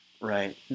Right